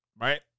right